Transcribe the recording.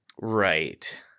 Right